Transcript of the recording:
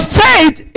faith